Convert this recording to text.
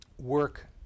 work